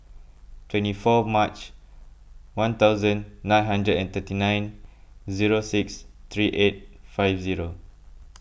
twenty four March one thousand nine hundred and thirty nine zero six three eight five zero